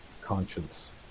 conscience